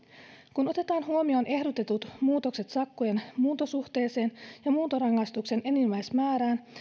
kun otetaan huomioon ehdotetut muutokset sakkojen muuntosuhteeseen ja muuntorangaistuksen enimmäismäärään